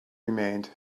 remained